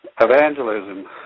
Evangelism